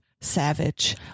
savage